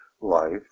life